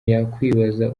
yakwibaza